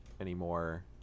anymore